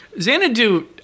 Xanadu